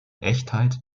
echtheit